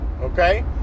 Okay